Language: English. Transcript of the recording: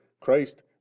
Christ